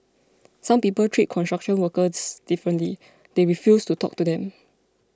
some people treat construction workers differently they refuse to talk to them